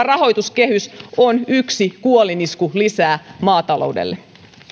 rahoituskehys on yksi kuolinisku lisää maataloudelle